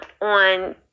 on